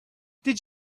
did